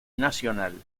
nacional